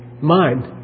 mind